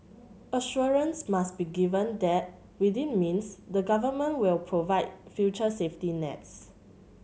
assurance must be given that within means the Government will provide future safety nets